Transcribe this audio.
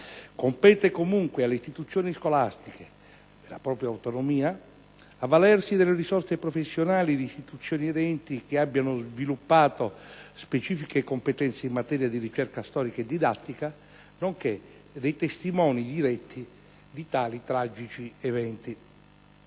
Compete comunque alle istituzioni scolastiche, nella propria autonomia, avvalersi delle risorse professionali di istituzioni ed enti che abbiano sviluppato specifiche competenze in materia di ricerca storica e didattica, nonché dei testimoni diretti di tali tragici eventi.